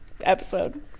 episode